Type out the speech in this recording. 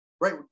right